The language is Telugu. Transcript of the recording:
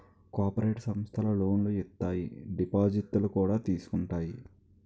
కోపరేటి సమస్థలు లోనులు ఇత్తాయి దిపాజిత్తులు కూడా తీసుకుంటాయి